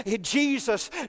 Jesus